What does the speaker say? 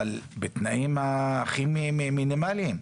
אבל בתנאים הכי מינימליים.